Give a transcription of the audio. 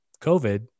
COVID